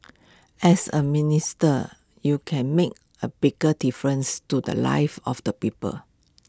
as A minister you can make A bigger difference to the lives of the people